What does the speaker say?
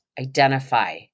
Identify